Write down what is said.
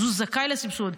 אז הוא זכאי לסבסוד.